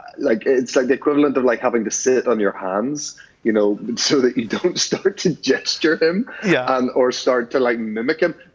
like it's like the equivalent of like having to sit on your hands you know so that you don't start to gesture him yeah and or start to, like, mimic him.